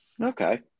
Okay